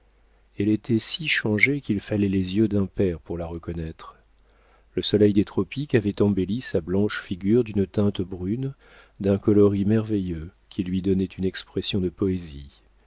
elle était si changée qu'il fallait les yeux d'un père pour la reconnaître le soleil des tropiques avait embelli sa blanche figure d'une teinte brune d'un coloris merveilleux qui lui donnaient une expression de poésie